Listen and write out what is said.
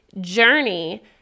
journey